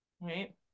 right